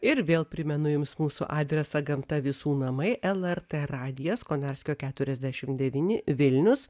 ir vėl primenu jums mūsų adresą gamta visų namai lrt radijas konarskio keturiasdešim devyni vilnius